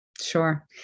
Sure